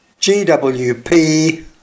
GWP